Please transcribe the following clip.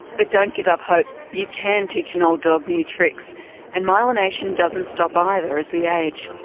but don't give up hope you can teach an old dog new tricks and myelination doesn't stop either as we age,